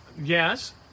Yes